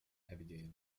abigail